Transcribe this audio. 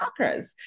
chakras